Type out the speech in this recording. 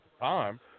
time